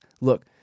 Look